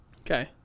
Okay